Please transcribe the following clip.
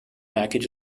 package